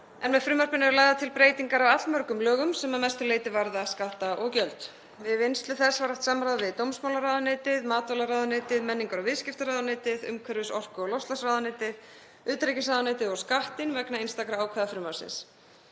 Með frumvarpinu eru lagðar til breytingar á allmörgum lögum sem að mestu leyti varða skatta og gjöld. Við vinnslu þess var haft samráð við dómsmálaráðuneytið, matvælaráðuneytið, menningar- og viðskiptaráðuneytið, umhverfis-, orku- og loftslagsráðuneytið, utanríkisráðuneytið og Skattinn vegna einstakra ákvæða frumvarpsins.